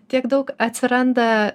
tiek daug atsiranda